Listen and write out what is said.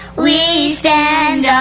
we stand